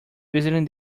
visiting